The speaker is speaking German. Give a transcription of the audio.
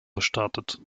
bestattet